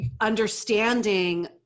understanding